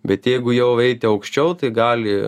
bet jeigu jau eiti aukščiau tai gali